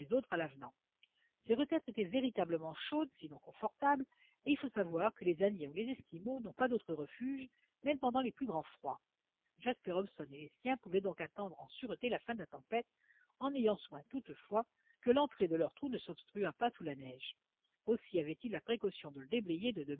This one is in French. autres à l'avenant ces retraites étaient véritablement chaudes sinon confortables et il faut savoir que les indiens ou les esquimaux n'ont pas d'autres refuges même pendant les plus grands froids jasper hobson et les siens pouvaient donc attendre en sûreté la fin de la tempête en ayant soin toutefois que l'entrée de leur trou ne s'obstruât pas sous la neige aussi avaient-ils la précaution de le déblayer de